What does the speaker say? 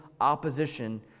opposition